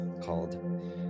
called